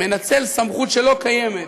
מנצל סמכות שלא קיימת,